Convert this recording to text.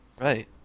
Right